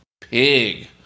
Pig